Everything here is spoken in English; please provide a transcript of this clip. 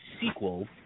sequel